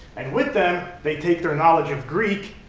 and with them, they take their knowledge of greek,